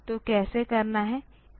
तो कैसे करना है